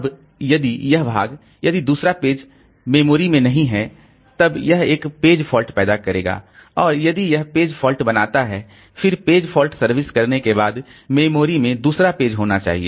अब यदि यह भाग यदि दूसरा पेज स्मृति में नहीं है तब यह एक पेज फॉल्ट पैदा करेगा और यदि यह पेज फॉल्ट बनाता है फिर पेज फॉल्ट सर्विस करने के बाद मेमोरी में दूसरा पेज होना चाहिए